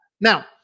Now